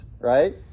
right